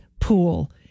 pool